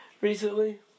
recently